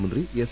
മന്ത്രി എസ്